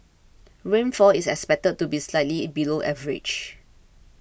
rainfall is expected to be slightly below average